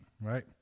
Right